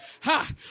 Ha